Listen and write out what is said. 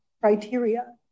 criteria